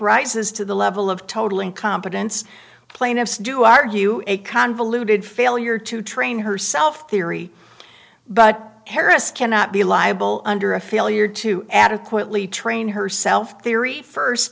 rises to the level of total incompetence plaintiffs do argue a convoluted failure to train herself theory but harris cannot be liable under a failure to adequately train herself theory first